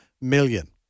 million